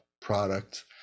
product